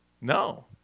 No